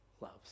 loves